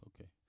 okay